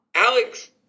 Alex